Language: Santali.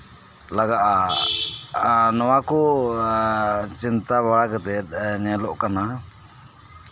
ᱞᱟᱜᱟᱜᱼᱟ ᱱᱚᱣᱟ ᱠᱚ ᱪᱤᱱᱛᱟ ᱵᱟᱲᱟ ᱠᱟᱛᱮ ᱧᱮᱞᱚᱜ ᱠᱟᱱᱟ